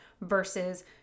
versus